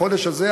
בחודש הזה,